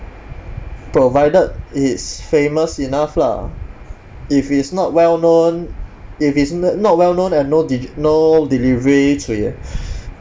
provided it's famous enough lah if it's not well known if it's n~ not well known and no digi~ no delivery cui eh